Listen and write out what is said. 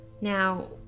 Now